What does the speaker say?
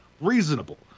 reasonable